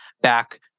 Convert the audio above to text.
back